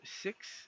six